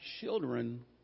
children